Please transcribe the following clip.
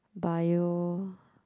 bio